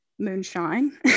Moonshine